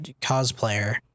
cosplayer